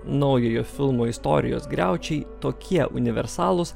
naujojo filmo istorijos griaučiai tokie universalūs